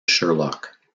sherlock